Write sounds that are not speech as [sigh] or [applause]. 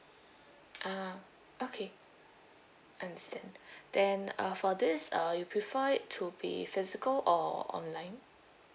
a'ah okay understand [breath] then uh for this uh you prefer it to be physical or online